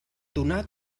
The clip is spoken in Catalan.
donar